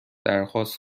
درخواست